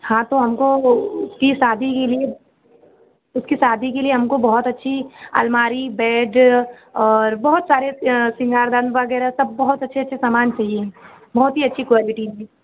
हाँ तो हमको उसकी शादी के लिए उसकी शादी के लिए हमको बहुत अच्छी अलमारी बेड और बहुत सारे सिंगारदान वगैरह सब बहुत अच्छे अच्छे सामान चाहिए बहुत ही अच्छी क्वालिटी में